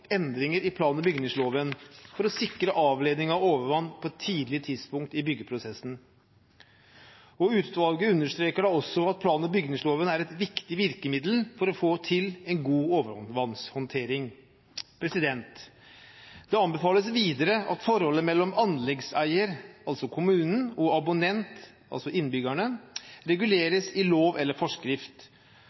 endringer i plan- og bygningsloven for å sikre avledning av overvann på et tidlig tidspunkt i byggeprosessen. Utvalget understreker da også at plan- og bygningsloven er et viktig virkemiddel for å få til en god overvannshåndtering. Det anbefales videre at forholdet mellom anleggseier, altså kommunen, og abonnent, altså innbyggerne, reguleres i lov eller forskrift.